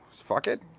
fuck it.